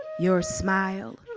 your smile,